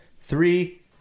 Three